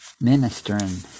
ministering